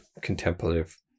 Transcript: contemplative